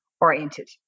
oriented